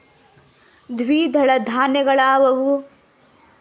ದ್ವಿದಳ ಧಾನ್ಯಗಳಾವುವು?